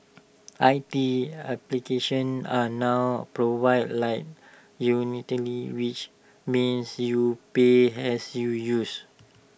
I T applications are now provided like utilities which means you pay as you use